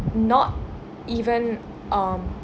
not even um